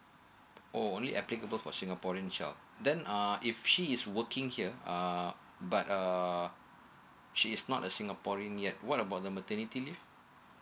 oh only applicable for singaporean shall then uh if she is working here uh but err she is not a singaporean yet what about the maternity leave